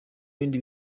ibindi